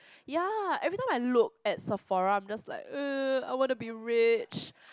ya everytime I look at Sephora I'm just like uh I want to be rich